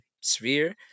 sphere